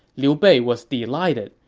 liu bei was delighted.